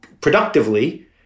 productively